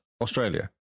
Australia